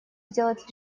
сделать